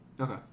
Okay